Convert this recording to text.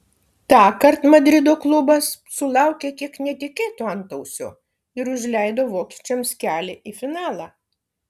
tąkart madrido klubas sulaukė kiek netikėto antausio ir užleido vokiečiams kelią į finalą